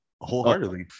Wholeheartedly